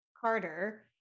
carter